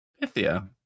Pythia